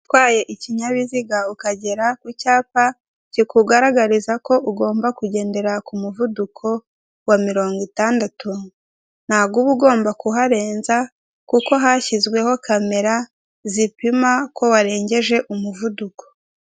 Utwaye ikinyabiziga ukagera ku cyapa kikugaragariza ko ugomba kugendera k' umuvuduko wa mirongo itandatu ntago uba ugomba kuharenza kuko hashyizweho kamera zipima ko warengeje umuvuduko.